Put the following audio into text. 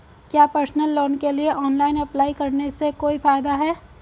क्या personal loan के लिए ऑनलाइन अप्लाई करने से कोई फायदा है?